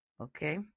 Okay